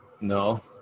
No